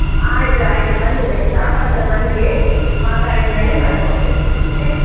ಆಯ್ತು ಆಯ್ತು ಬನ್ನಿರಿ ನಿಮ್ಮ ಶಾಪ್ ಹತ್ತಿರ ಬನ್ನಿರಿ ಮಾತಾಡಿದ ಮೇಲೆ ನಾನು ಕೊಡ್ತಿನಿ ಓಕೆ